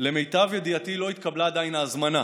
למיטב ידיעתי לא התקבלה עדיין ההזמנה